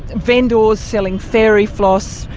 vendors selling fairy floss,